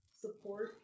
support